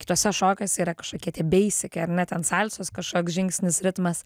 kituose šokiuose yra kažkokie tie beisikai ar ne ten salsos kažkoks žingsnis ritmas